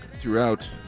throughout